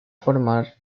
formar